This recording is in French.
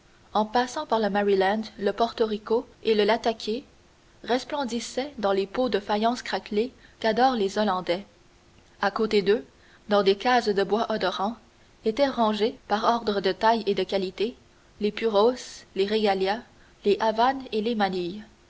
en passant par le maryland le porto rico et le latakiéh resplendissaient dans les pots de faïence craquelée qu'adorent les hollandais à côté d'eux dans des cases de bois odorant étaient rangés par ordre de taille et de qualité les puros les régalias les havanes et les manilles